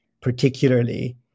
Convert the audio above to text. particularly